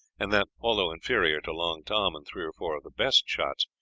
and that, although inferior to long tom and three or four of the best shots,